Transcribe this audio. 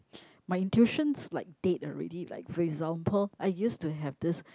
my intuitions like dead already like for example I used to have this